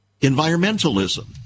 environmentalism